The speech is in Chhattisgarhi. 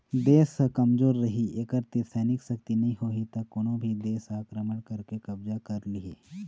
देश ह कमजोर रहि एखर तीर सैनिक सक्ति नइ होही त कोनो भी देस ह आक्रमण करके कब्जा कर लिहि